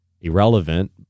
irrelevant